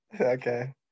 Okay